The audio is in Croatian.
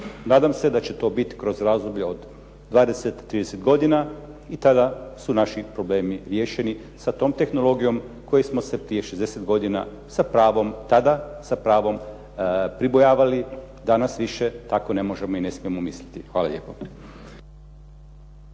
Nadam se da će to biti kroz razdoblje od 20, 30 godina, i tada su naši problemi riješeni, sa tom tehnologijom koje smo se prije 60 godina sa pravom, tada sa pravom pribojavali, danas više tako ne možemo i ne smijemo misliti. Hvala lijepo.